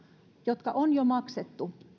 jotka on jo maksettu